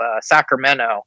Sacramento